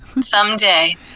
Someday